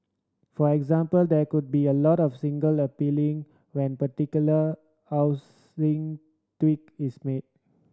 for example there could be a lot of single appealing when particular housing tweak is made